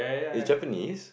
it's Japanese